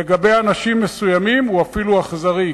לגבי אנשים מסוימים הוא אפילו אכזרי,